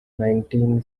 nineteen